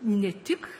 ne tik